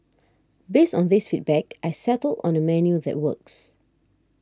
based on these feedback I settled on a menu that works